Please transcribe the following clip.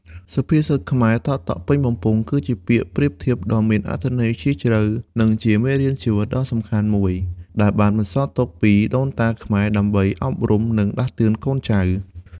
សុភាសិតខ្មែរ តក់ៗពេញបំពង់ គឺជាពាក្យប្រៀបធៀបដ៏មានអត្ថន័យជ្រាលជ្រៅ និងជាមេរៀនជីវិតដ៏សំខាន់មួយ ដែលបានបន្សល់ទុកពីដូនតាខ្មែរ ដើម្បីអប់រំ និងដាស់តឿនកូនចៅ។